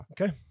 Okay